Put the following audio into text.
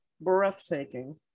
Breathtaking